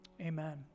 Amen